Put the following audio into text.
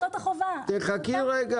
תודה רבה